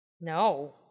no